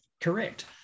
Correct